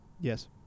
Yes